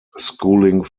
schooling